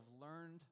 learned